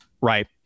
Right